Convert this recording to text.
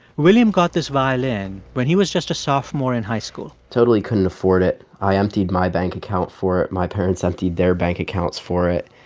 william got this violin when he was just a sophomore in high school totally couldn't afford it. i emptied my bank account for it. my parents emptied their bank accounts for it.